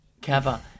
Kappa